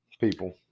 people